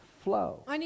flow